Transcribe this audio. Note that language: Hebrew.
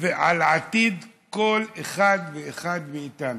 ועל עתיד כל אחד ואחד מאיתנו: